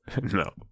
No